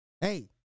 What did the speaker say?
Hey